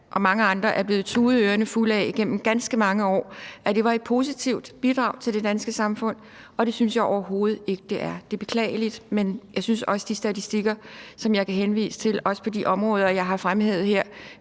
og mange andre, er blevet tudet ørerne fulde af, igennem ganske mange år, at det var et positivt bidrag til det danske samfund. Det synes jeg overhovedet ikke det er. Det er beklageligt, men jeg synes også, at de statistikker, som jeg kan henvise til, også på de områder, jeg har fremhævet her,